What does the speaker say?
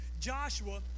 Joshua